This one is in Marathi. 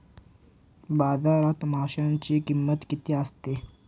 बाजारात माशांची किंमत किती असते?